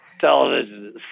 Television